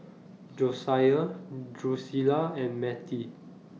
Josiah Drusilla and Matie